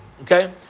Okay